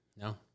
No